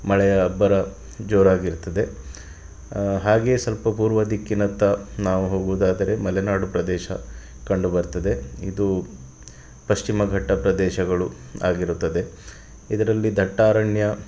ಮಳೆಯ ಅಬ್ಬರ ಜೋರಾಗಿರ್ತದೆ ಹಾಗೆ ಸಲ್ಪ ಪೂರ್ವ ದಿಕ್ಕಿನತ್ತ ನಾವು ಹೋಗೋದಾದರೆ ಮಲೆನಾಡು ಪ್ರದೇಶ ಕಂಡುಬರ್ತದೆ ಇದು ಪಶ್ಚಿಮ ಘಟ್ಟ ಪ್ರದೇಶಗಳು ಆಗಿರುತ್ತದೆ ಇದರಲ್ಲಿ ದಟ್ಟಾರಣ್ಯ